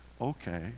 Okay